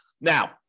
Now